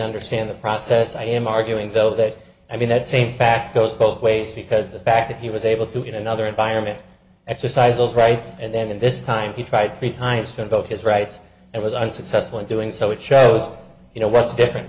understand the process i am arguing though that i mean that same fact goes both ways because the fact that he was able to in another environment exercise those rights and then in this time he tried three times for both his rights and was unsuccessful in doing so it shows you know what's different